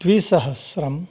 द्विसहस्रम्